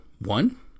One